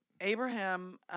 Abraham